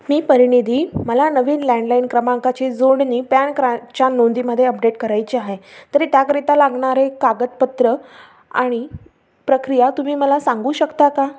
मी परिणिधी मला नवीन लँडलाईन क्रमांकाची जोडणी पॅन क्राच्या नोंदीमध्ये अपडेट करायची आहे तरी त्याकरीता लागणारे कागदपत्र आणि प्रक्रिया तुम्ही मला सांगू शकता का